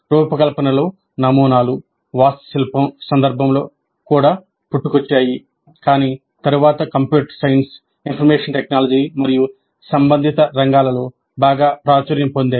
రూపకల్పనలో నమూనాలు వాస్తుశిల్పం సందర్భంలో కూడా పుట్టుకొచ్చాయి కాని తరువాత కంప్యూటర్ సైన్స్ ఇన్ఫర్మేషన్ టెక్నాలజీ మరియు సంబంధిత రంగాలలో బాగా ప్రాచుర్యం పొందాయి